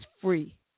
free